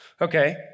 okay